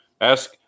Ask